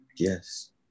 Yes